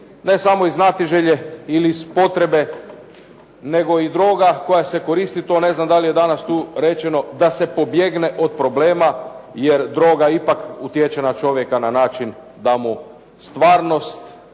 ne samo iz znatiželje ili iz potrebe nego i droga koja se koristi, to ne znam da li je danas tu rečeno, da se pobjegne od problema jer droga ipak utječe na čovjeka na način da mu stvarnost,